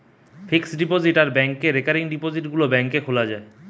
fixed deposit আর ব্যাংকে recurring ডিপোজিটে গুলা ব্যাংকে খোলা যায়